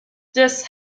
this